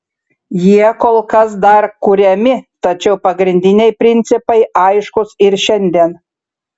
jie kol kas dar kuriami tačiau pagrindiniai principai aiškūs ir šiandien